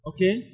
Okay